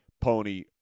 Pony